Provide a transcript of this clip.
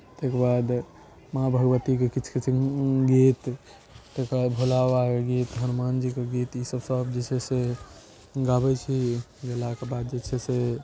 ताहिके बाद माँ भगवती के किछु किछु गीत तेकर बाद भोला बाबा के गीत हनुमान जीके गीत ई सब सब जे छै से गाबै छी गेलाके बाद जे छै से